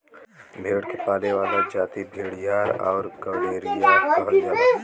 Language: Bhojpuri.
भेड़ के पाले वाला जाति भेड़ीहार आउर गड़ेरिया कहल जाला